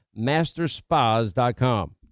masterspas.com